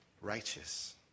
Righteous